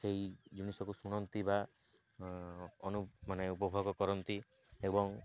ସେଇ ଜିନିଷକୁ ଶୁଣନ୍ତି ବା ଉପଭୋଗ କରନ୍ତି ଏବଂ